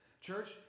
church